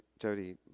Jody